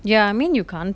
ya I mean you can't